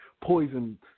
poison